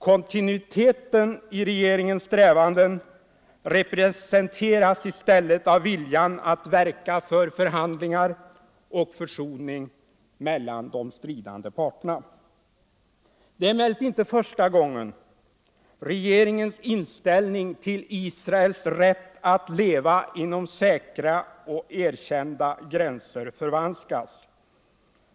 Kontinuiteten i regeringens strävanden representeras i stället av viljan att verka för förhandlingar och försoning mellan de stridande parterna. Det är emellertid inte första gången regeringens inställning till Israels rätt att leva inom säkra och erkända gränser förvanskas.